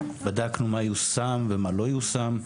בדקנו מה יושם ומה לא יושם.